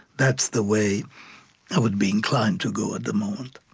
that's the way i would be inclined to go at the moment